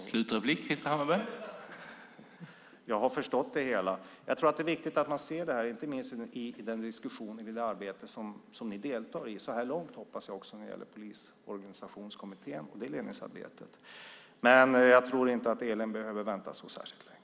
Herr talman! Jag har förstått det hela. Den diskussion och det arbete som ni deltar i så här långt, hoppas jag, när det gäller Polisorganisationskommittén och det ledningsarbetet är viktigt. Men jag tror inte att Elin Lundgren behöver vänta särskilt länge.